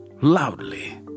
loudly